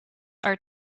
are